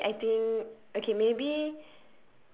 honestly I think okay maybe